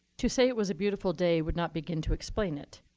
to say it was a beautiful day would not begin to explain it.